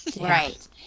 Right